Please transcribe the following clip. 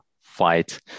fight